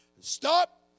Stop